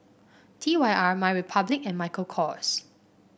T Y R MyRepublic and Michael Kors